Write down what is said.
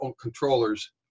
controllers